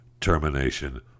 termination